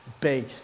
big